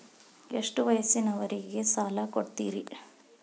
ಎಷ್ಟ ವಯಸ್ಸಿನವರಿಗೆ ಸಾಲ ಕೊಡ್ತಿರಿ?